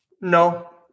No